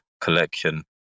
collection